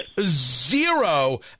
zero